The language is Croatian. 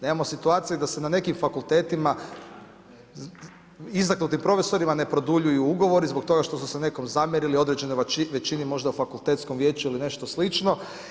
Mi imamo situaciju da se na nekim fakultetima, istaknutim profesorima ne produljuju ugovori zbog toga što su se nekom zamjerili, određene većini možda fakultetskom vijeću ili nešto slično.